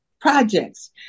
projects